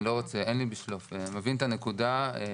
אני מבין את הנקודה.